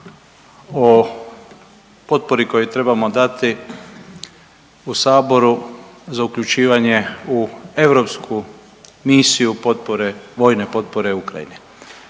o potpori koju trebamo dati u Saboru za uključivanje u europsku misiju potpore, vojne potpore Ukrajini.